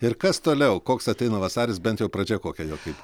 ir kas toliau koks ateina vasaris bent jau pradžia kokia jo kaip